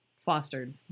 fostered